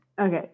Okay